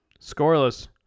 scoreless